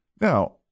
Now